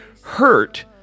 Hurt